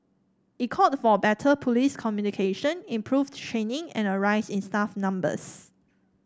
it called for better police communication improved training and a rise in staff numbers